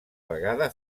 vegada